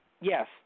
Yes